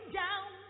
down